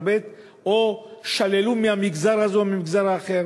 ב' או שללו מהמגזר הזה או מהמגזר האחר.